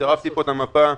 צירפתי פה את המפה.